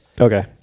Okay